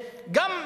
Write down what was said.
היא גם נרצחת,